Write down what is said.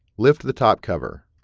lift the top cover.